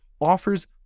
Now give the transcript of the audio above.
offers